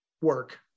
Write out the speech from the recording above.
work